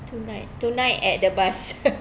two night two night at the bus